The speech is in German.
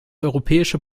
europäische